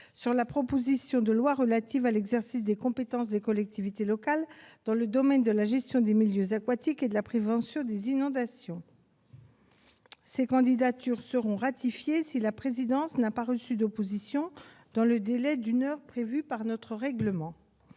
sur la proposition de loi relative à l'exercice des compétences des collectivités territoriales dans le domaine de la gestion des milieux aquatiques et de la prévention des inondations. Ces candidatures seront ratifiées si la présidence n'a pas reçu d'opposition dans le délai d'une heure prévu par notre règlement.